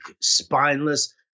spineless